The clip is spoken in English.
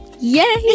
Yay